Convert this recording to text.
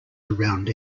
around